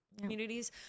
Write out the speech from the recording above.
communities